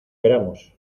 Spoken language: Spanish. queramos